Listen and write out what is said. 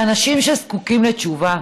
אלה אנשים שזקוקים לתשובה.